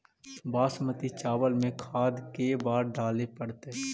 बासमती चावल में खाद के बार डाले पड़तै?